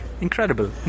Incredible